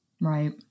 Right